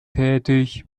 tätig